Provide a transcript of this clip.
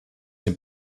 dem